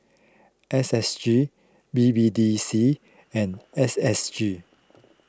S S G B B D C and S S G